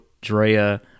Drea